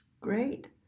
great